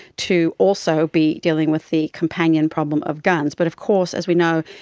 to also be dealing with the companion problem of guns. but of course, as we know,